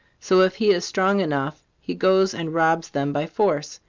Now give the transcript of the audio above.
so if he is strong enough he goes and robs them by force.